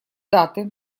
даты